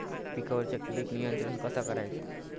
पिकावरची किडीक नियंत्रण कसा करायचा?